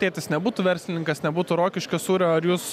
tėtis nebūtų verslininkas nebūtų rokiškio sūrio ar jūs